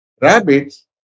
Rabbits